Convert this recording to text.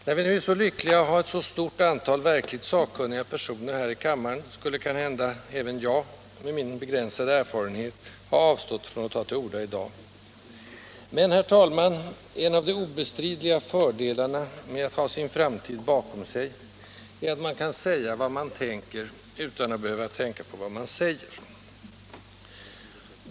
När vi nu är så lyckliga att ha ett stort antal verkligt sakkunniga personer här i kammaren skulle kanhända även jag - med min begränsade erfarenhet — ha avstått från att ta till orda i dag. Men, herr talman, en av de obestridliga fördelarna med att ha sin framtid bakom sig är att man kan säga vad man tänker utan att behöva tänka på vad man säger.